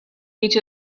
each